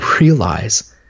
realize